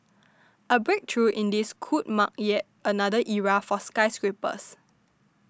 a breakthrough in this could mark yet another era for skyscrapers